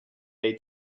day